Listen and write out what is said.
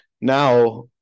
now